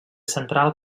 central